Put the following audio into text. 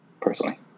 personally